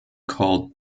called